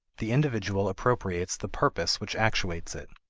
the individual appropriates the purpose which actuates it,